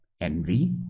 envy